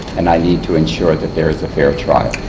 and i need to ensure that there is a fair trial.